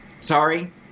sorry